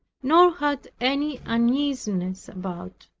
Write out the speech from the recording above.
nor had any uneasiness about.